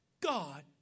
God